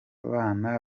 bana